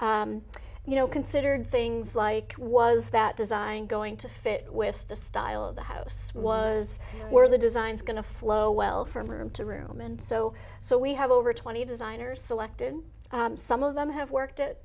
you know considered things like was that design going to fit with the style of the house was where the designs going to flow well from room to room and so so we have over twenty designers selected some of them have worked